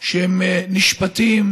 שנשפטים